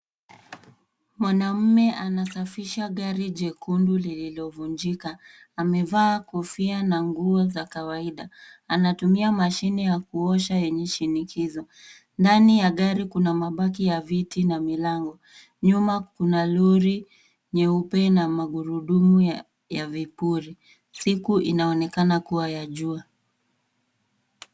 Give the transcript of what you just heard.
Mwanaume anasafisha gari jekundu lililovunjika . Amevaa kofia na nguo za kawaida . Anatumia mashine ya kuosha yenye shinikizo . Ndani ya gari kuna mabaki ya viti na milango . Nyuma kuna lori nyeupe na magurudumu ya vipuri , siku inaonekana kuwa ya jua .